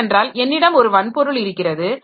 ஏனென்றால் என்னிடம் ஒரு வன்பொருள் இருக்கிறது